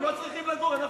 הם לא צריכים לגור?